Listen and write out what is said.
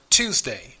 Tuesday